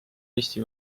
eesti